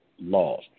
laws